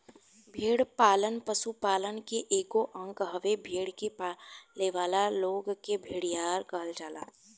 भेड़ पालन पशुपालन के एगो अंग हवे, भेड़ के पालेवाला लोग के भेड़िहार कहल जाला